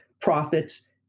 profits